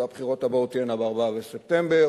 והבחירות הבאות תהיינה ב-4 בספטמבר,